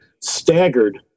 staggered